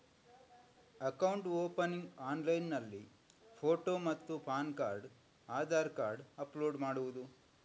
Account opening ಆನ್ಲೈನ್ನಲ್ಲಿ photo ಮತ್ತು PAN card Aadhaar card upload ಮಾಡುವುದು?